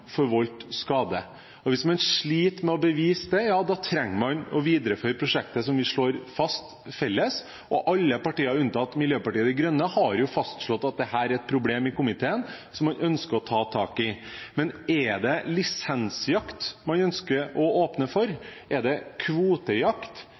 skade. Hvis man sliter med å bevise det, trenger man å videreføre prosjektet, som vi slår fast i fellesskap, alle partier unntatt Miljøpartiet De Grønne har fastslått at dette er et problem komiteen ønsker å ta tak i. Men er det lisensjakt man ønsker å åpne